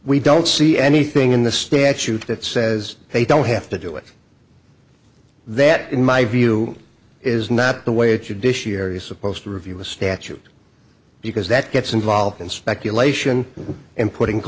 we don't see anything in the statute that says they don't have to do it that in my view is not the way it should dish year he's supposed to review the statute because that gets involved in speculation and putting